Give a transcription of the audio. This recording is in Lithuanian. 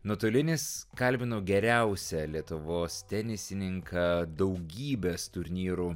nuotolinis kalbinau geriausią lietuvos tenisininką daugybės turnyrų